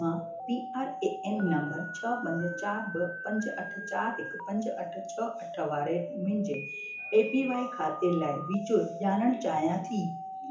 मां P R A N number छह पंज चारि ॿ पंज अठ चारि हिकु पंज अठ छह अठ वारे मुंहिंजे एपीवाए खाते लाइ विचूर ॼाणण चाहियां थी